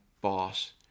boss